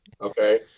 Okay